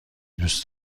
دوست